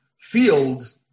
field